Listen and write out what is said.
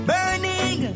Burning